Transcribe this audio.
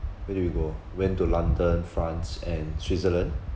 where did we go went to london france and switzerland